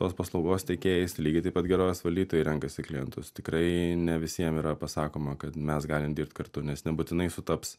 tos paslaugos teikėjais tai lygiai taip pat gerovės valdytojai renkasi klientus tikrai ne visiem yra pasakoma kad mes galim dirbt kartu nes nebūtinai sutaps